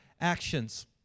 actions